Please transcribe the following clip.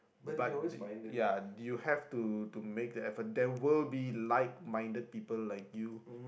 but they ya you have to to make the effort there will be like minded people like you